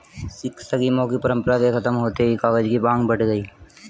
शिक्षा की मौखिक परम्परा के खत्म होते ही कागज की माँग बढ़ गई